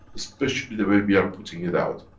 especially the way we are putting it out.